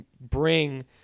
bring